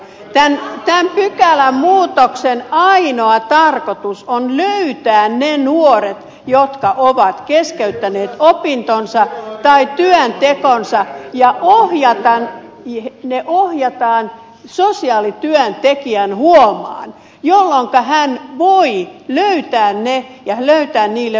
tämän pykälämuutoksen ainoa tarkoitus on löytää ne nuoret jotka ovat keskeyttäneet opintonsa tai työntekonsa ja ohjata heidät sosiaalityöntekijän huomaan jolloinka hän voi auttaa ja löytää heille uuden opiskelupaikan